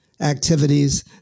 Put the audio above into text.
activities